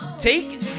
Take